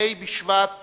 ה' בשבט התש"ע,